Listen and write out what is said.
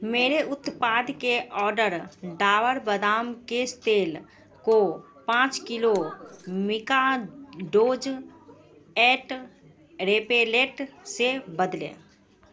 मेरे उत्पाद के ऑर्डर डाबर बादाम केश तेल को पाँच किलो मिकाडोज़ ऐंट रेपेलेंट से बदलें